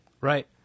Right